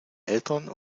eltern